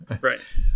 Right